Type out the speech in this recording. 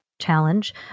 challenge